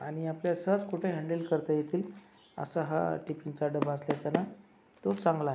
आणि आपल्या सहज कुठे हँडल करता येतील असा हा टिफिनचा डबा असल्याच्यानं तो चांगला आहे